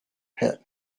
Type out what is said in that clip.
pit